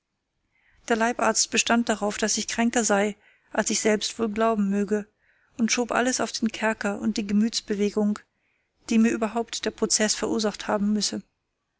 der leibarzt bestand darauf daß ich kränker sei als ich selbst wohl glauben möge und schob alles auf den kerker und die gemütsbewegung die mir überhaupt der prozeß verursacht haben müsse